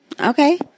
Okay